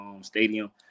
stadium